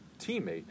teammate